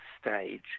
stage